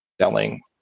selling